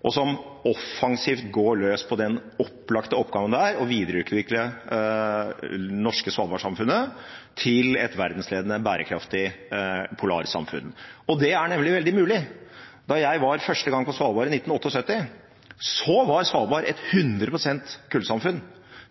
og som offensivt går løst på den opplagte oppgaven det er å videreutvikle det norske svalbardsamfunnet til et verdensledende bærekraftig polarsamfunn. Det er nemlig veldig mulig. Da jeg var på Svalbard første gang, i 1978, var Svalbard et 100 pst. kullsamfunn.